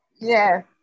Yes